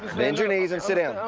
bend your knees and sit down. um